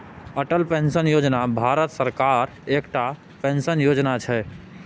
Atal pension Yojana Bharat सरकारक एकटा pension योजना छै